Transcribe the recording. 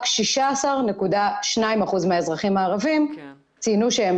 רק 16.2% מהאזרחים הערבים ציינו שהם